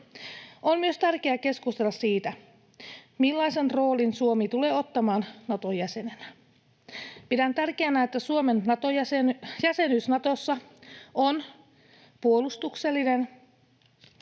On myös tärkeää keskustella siitä, millaisen roolin Suomi tulee ottamaan Nato-jäsenenä. Pidän tärkeänä, että Suomen jäsenyys Natossa on puolustuksellinen